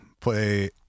play